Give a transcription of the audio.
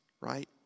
right